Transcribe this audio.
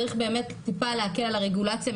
צריך באמת טיפה להקל על הרגולציה,